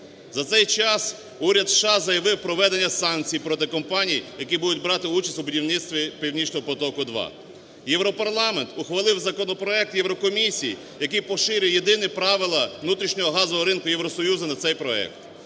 За цей час уряд США заявив про введення санкцій проти компаній, які будуть брати участь у будівництві "Північного потоку-2". Європарламент ухвалив законопроект Єврокомісії, який поширює єдині правила внутрішнього газового ринку Євросоюзу на цей проект.